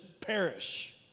perish